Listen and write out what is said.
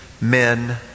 men